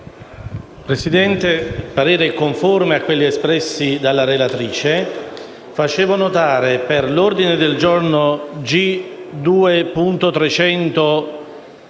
Esprimo parere conforme a quelli espressi dalla relatrice, facendo notare come per l'ordine del giorno G2.300,